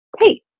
Hey